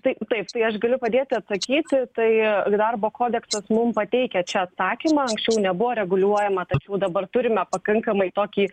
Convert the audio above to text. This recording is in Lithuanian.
tai taip tai aš galiu padėti atsakyti tai darbo kodeksas mum pateikia čia atsakymą anksčiau nebuvo reguliuojama tačiau dabar turime pakankamai tokį